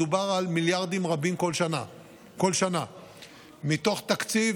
מדובר על מיליארדים רבים בכל שנה מתוך תקציב